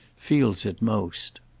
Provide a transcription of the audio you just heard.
feels it most.